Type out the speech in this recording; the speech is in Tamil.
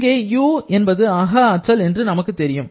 இங்கே U என்பது அக ஆற்றல் என்று நமக்கு தெரியும்